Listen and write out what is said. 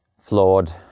Flawed